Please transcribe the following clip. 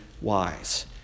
wise